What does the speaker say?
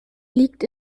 liegt